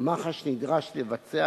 אדוני היושב-ראש, כנסת נכבדה,